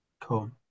cool